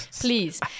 please